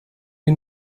wir